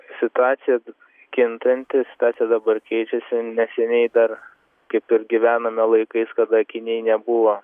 situacija kintanti situacija dabar keičiasi neseniai dar kaip ir gyvenome laikais kada akiniai nebuvo